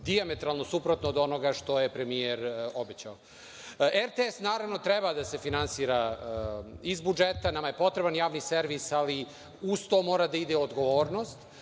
dijametralno suprotno od onoga što je premijer obećao. Naravno, RTS treba da se finansira iz budžeta. Nama je potreban javni servis, ali uz to mora da ide odgovornost.